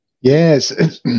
Yes